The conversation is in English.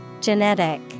Genetic